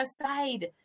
aside